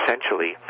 essentially